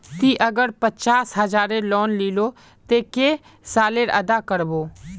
ती अगर पचास हजारेर लोन लिलो ते कै साले अदा कर बो?